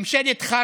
ממשלת חרטא.